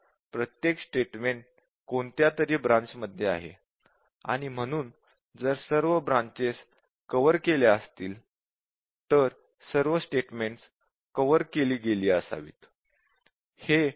प्रत्येक स्टेटमेंट कोणत्या तरी ब्रांच मध्ये आहे म्हणून जर सर्व ब्रांचेस कव्हर केल्या असतील तर सर्व स्टेटमेन्टस कव्हर केली गेली असावीत